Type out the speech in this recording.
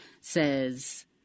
says